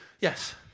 Yes